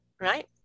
right